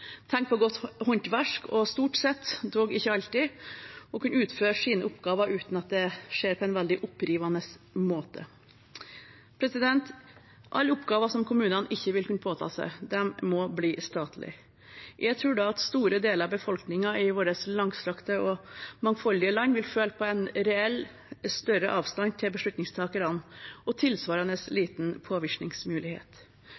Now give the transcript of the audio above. på godt håndverk og stort sett – dog ikke alltid – at en kan utføre sine oppgaver uten at det skjer på en veldig opprivende måte. Alle oppgaver som kommunene ikke vil kunne påta seg, må bli statlige. Jeg tror da at store deler av befolkningen i vårt langstrakte og mangfoldige land vil føle på en reell større avstand til beslutningstakerne og tilsvarende